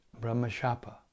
Brahmashapa